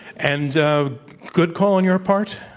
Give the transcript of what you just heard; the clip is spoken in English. and good call on your part?